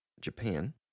Japan